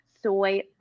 soy